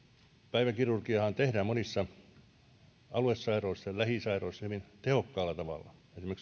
päiväkirurgiaahan tehdään monissa aluesairaaloissa lähisairaaloissa hyvin tehokkaalla tavalla